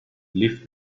lift